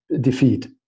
defeat